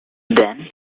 then